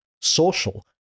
social